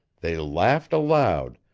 they laughed aloud,